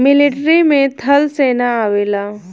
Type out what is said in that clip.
military में थल सेना आवेला